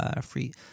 free